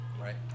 Right